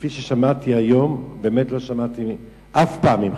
כפי ששמעתי היום, באמת, לא שמעתי אף פעם ממך.